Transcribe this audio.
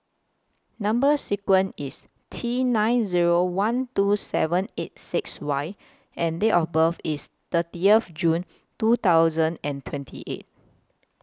Number sequence IS T nine Zero one two seven eight six Y and Date of birth IS thirty of June two thousand and twenty eight